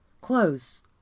close